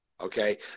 Okay